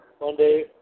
Monday